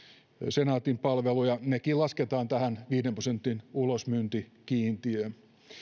senaatin palveluja nekin lasketaan tähän viiden prosentin ulosmyyntikiintiöön